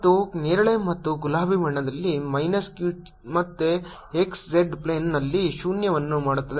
ಮತ್ತು ನೇರಳೆ ಮತ್ತು ಗುಲಾಬಿ ಬಣ್ಣದಲ್ಲಿ ಮೈನಸ್ q ಮತ್ತೆ x z ಪ್ಲೇನ್ನಲ್ಲಿ ಶೂನ್ಯವನ್ನು ಮಾಡುತ್ತದೆ